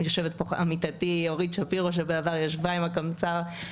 יושבת פה עמיתתי אורית שפירו שבעבר ישבה עם הקמצ"ר,